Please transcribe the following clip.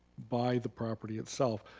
by the property itself.